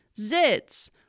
zits